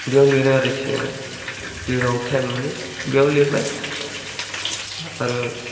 बेयाव लिरो आरोखि आङो जेराव टाइम मोनो बेयाव लिरबाय आरो